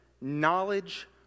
knowledge